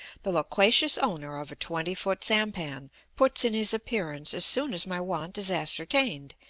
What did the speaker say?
the loquacious owner of a twenty-foot sampan puts in his appearance as soon as my want is ascertained,